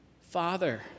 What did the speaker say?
Father